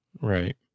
Right